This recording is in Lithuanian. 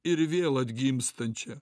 ir vėl atgimstančią